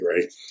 right